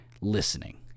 listening